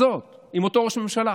הזו, עם אותו ראש ממשלה.